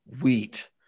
wheat